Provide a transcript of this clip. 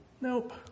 Nope